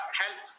help